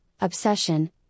obsession